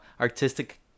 artistic